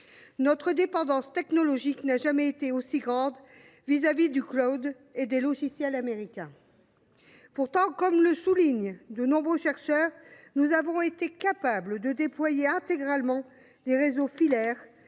notre dépendance technologique n’a jamais été aussi grande vis à vis du et des logiciels américains. Pourtant, comme le soulignent de nombreux chercheurs, nous avons été capables de déployer intégralement des réseaux filaires,